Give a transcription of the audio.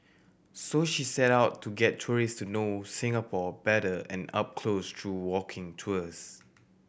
so she set out to get tourists to know Singapore better and up close through walking tours